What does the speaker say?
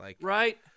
Right